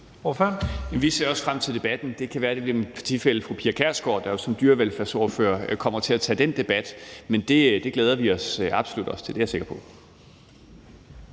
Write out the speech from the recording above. Vi ser også frem til debatten. Det kan være, at det bliver min partifælle fru Pia Kjærsgaard, der som dyrevelfærdsordfører kommer til at tage den debat. Men det glæder vi os absolut også til. Det er jeg sikker på.